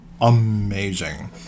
amazing